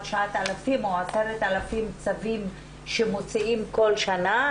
ל-10,000 צווים שמוציאים כל שנה,